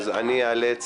אני איאלץ,